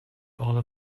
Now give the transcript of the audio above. all